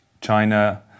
China